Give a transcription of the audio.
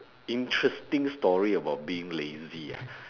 interesting story about being lazy ah